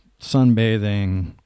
sunbathing